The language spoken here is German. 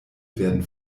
werden